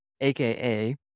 AKA